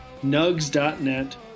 nugs.net